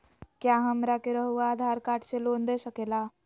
क्या हमरा के रहुआ आधार कार्ड से लोन दे सकेला?